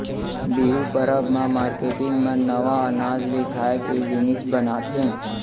बिहू परब म मारकेटिंग मन नवा अनाज ले खाए के जिनिस बनाथे